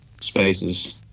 spaces